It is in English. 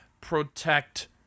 protect